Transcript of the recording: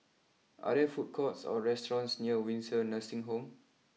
are there food courts or restaurants near Windsor Nursing Home